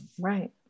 Right